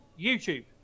youtube